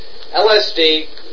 LSD